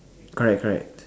correct correct